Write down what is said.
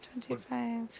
twenty-five